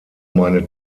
meine